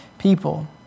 people